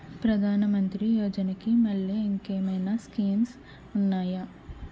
ప్రధాన మంత్రి యోజన కి మల్లె ఇంకేమైనా స్కీమ్స్ ఉన్నాయా?